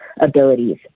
abilities